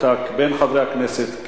אתה בין חברי הכנסת,